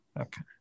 Okay